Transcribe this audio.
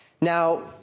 Now